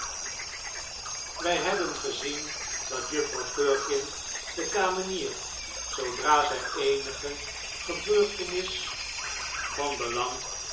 ij hebben gezien dat juffrouw firkin de kamenier zoodra zij eenige gebeurtenis l l van belang